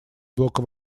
блока